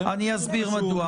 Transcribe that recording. אני אסביר מדוע.